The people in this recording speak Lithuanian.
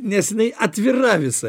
nes jinai atvira visa